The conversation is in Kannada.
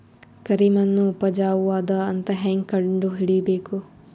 ಕರಿಮಣ್ಣು ಉಪಜಾವು ಅದ ಅಂತ ಹೇಂಗ ಕಂಡುಹಿಡಿಬೇಕು?